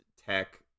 tech